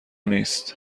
نیست